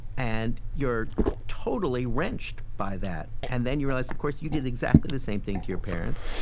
and you're totally wrenched by that. and then you realize, of course, you did exactly the same thing to your parents.